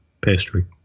pastry